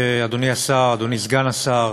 אדוני השר, אדוני סגן השר,